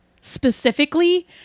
specifically